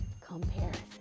comparison